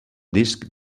disc